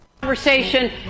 Conversation